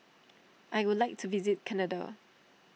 I would like to visit Canada